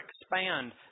expand